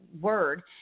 word